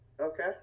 Okay